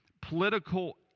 political